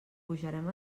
pujarem